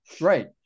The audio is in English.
Right